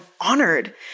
honored